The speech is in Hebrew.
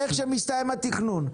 איך שמסתיים התכנון.